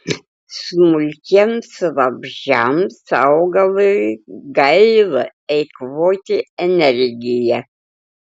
smulkiems vabzdžiams augalui gaila eikvoti energiją